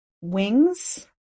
wings